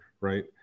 right